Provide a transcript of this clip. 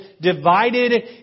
divided